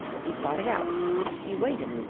he fought it out he waited,